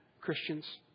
Christians